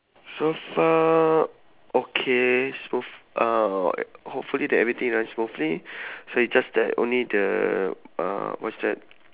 so far okay so f~ uh hopefully that everything run smoothly so is just that only the uh what's that